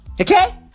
Okay